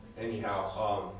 anyhow